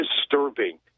disturbing